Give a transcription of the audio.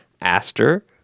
aster